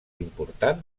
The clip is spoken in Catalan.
important